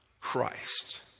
Christ